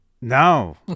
No